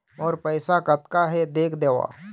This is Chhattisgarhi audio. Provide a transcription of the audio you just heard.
मोर पैसा कतका हे देख देव?